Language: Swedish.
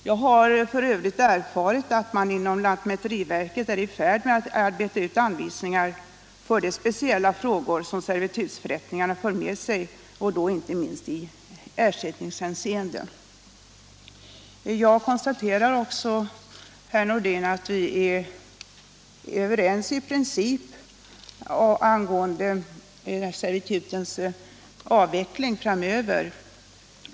Jag har f. ö. erfarit att man inom lantmäteriverket är i färd med att utarbeta anvisningar för de speciella frågor som servitutsförrättningarna för med sig, inte minst i ersättningshänseende. Jag konstaterar också, herr Nordin, att vi är överens i princip angående servitutens avveckling framöver.